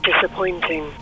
disappointing